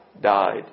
died